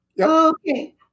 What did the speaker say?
Okay